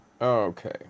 Okay